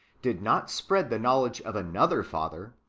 did not spread the knowledge of another father,